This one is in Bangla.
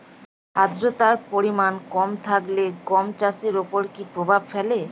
আদ্রতার পরিমাণ কম থাকলে গম চাষের ওপর কী প্রভাব ফেলে?